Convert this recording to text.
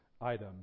item